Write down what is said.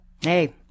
Hey